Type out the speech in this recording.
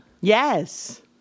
Yes